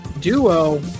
Duo